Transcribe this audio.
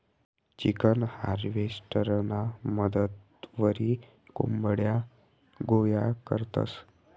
chicken हार्वेस्टरना मदतवरी कोंबड्या गोया करतंस